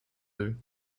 deux